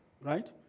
right